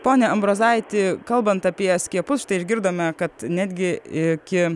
pone ambrozaiti kalbant apie skiepus štai išgirdome kad netgi iki